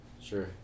Sure